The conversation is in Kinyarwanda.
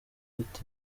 ufite